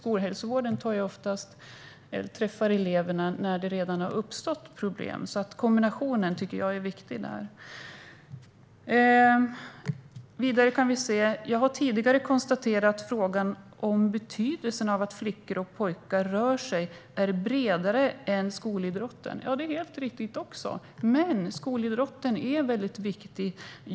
Skolhälsovården träffar oftast eleverna när det redan har uppstått problem, så kombinationen tycker jag är viktig där. Ministern säger: "Jag har tidigare konstaterat att frågan om betydelsen av att flickor och pojkar rör på sig är bredare än skolidrotten." Ja, det är också helt riktigt. Men skolidrotten är väldigt viktig.